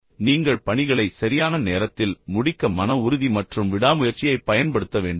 பின்னர் நீங்கள் பணிகளை சரியான நேரத்தில் முடிக்க மன உறுதி மற்றும் விடாமுயற்சியைப் பயன்படுத்த வேண்டும்